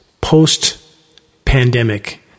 post-pandemic